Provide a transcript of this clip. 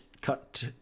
cut